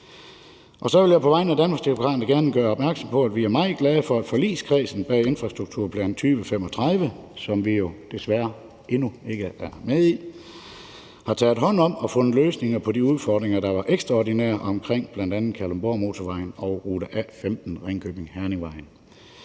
Så vil jeg på vegne af Danmarksdemokraterne gerne gøre opmærksom på, at vi er meget glade for, at forligskredsen bag aftalen om infrastrukturplan 2035, som vi jo desværre endnu ikke er med i, har taget hånd om og fundet løsninger på de udfordringer, der var ekstraordinære omkring bl.a. Kalundborgmotorvejen og rute 15, Ringkøbing-Herning-vejen.